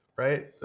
Right